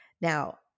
Now